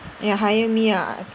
!aiya! hire me ah